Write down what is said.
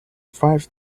five